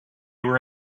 were